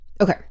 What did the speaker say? Okay